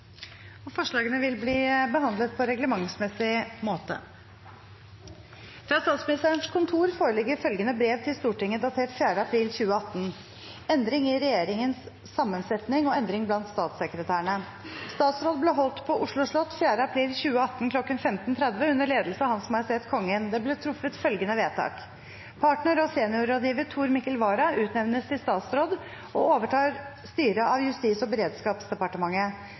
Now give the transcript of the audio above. Institutt. Forslagene vil bli behandlet på reglementsmessig måte. Fra Statsministerens kontor foreligger følgende brev til Stortinget, datert 4. april 2018: «Endring i regjeringens sammensetning og endring blant statssekretærene Statsråd ble holdt på Oslo slott 4. april 2018 kl. 1530 under ledelse av Hans Majestet Kongen. Det ble truffet følgende vedtak: Partner og seniorrådgiver Tor Mikkel Vara utnevnes til statsråd og overtar styret av Justis- og beredskapsdepartementet.